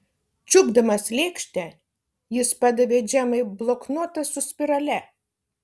čiupdamas lėkštę jis padavė džemai bloknotą su spirale